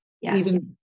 yes